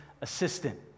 assistant